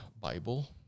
Bible